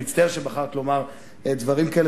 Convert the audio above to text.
אני מצטער שבחרת לומר דברים כאלה,